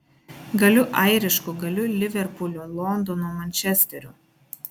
galiu airišku galiu liverpulio londono mančesterio